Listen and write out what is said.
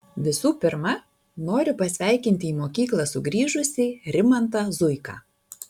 visų pirma noriu pasveikinti į mokyklą sugrįžusį rimantą zuiką